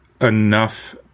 enough